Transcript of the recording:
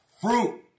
fruit